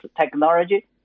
technology